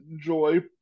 joy